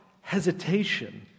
hesitation